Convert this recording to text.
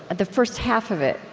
the first half of it,